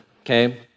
okay